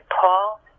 Paul